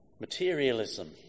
materialism